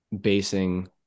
basing